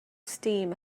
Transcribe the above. steam